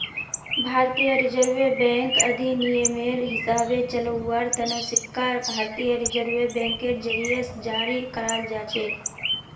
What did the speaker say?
भारतीय reserve bank अधिनियमेर हिसाबे चलव्वार तने सिक्का भारतीय रिजर्व बैंकेर जरीए जारी कराल जाछेक